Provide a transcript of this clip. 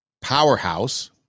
powerhouse